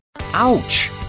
Ouch